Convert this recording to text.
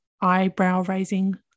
eyebrow-raising